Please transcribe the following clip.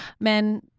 men